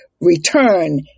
Return